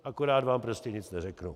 Akorát vám prostě nic neřeknu.